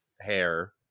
hair